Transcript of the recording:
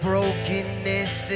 Brokenness